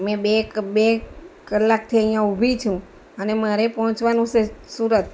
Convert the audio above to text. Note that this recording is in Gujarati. મેં બે એક બે કલાકથી અહીંયાં ઊભી છું અને મારે પહોંચવાનું છે સુરત